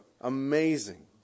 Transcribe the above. Amazing